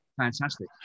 fantastic